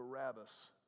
Barabbas